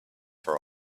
for